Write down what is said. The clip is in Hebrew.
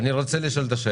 האם יש לך המלצה